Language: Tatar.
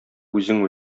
үзең